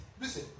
listen